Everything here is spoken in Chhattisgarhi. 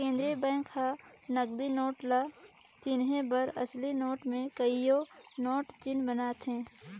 केंद्रीय बेंक हर नकली नोट ल चिनहे बर असली नोट में कइयो गोट चिन्हा बनाथे